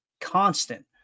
constant